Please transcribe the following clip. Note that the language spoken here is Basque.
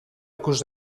ikus